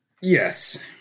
Yes